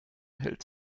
hält